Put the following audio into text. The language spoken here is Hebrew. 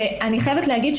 אני חייבת להגיד,